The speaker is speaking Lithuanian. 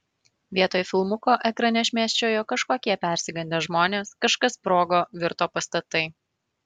vietoj filmuko ekrane šmėsčiojo kažkokie persigandę žmonės kažkas sprogo virto pastatai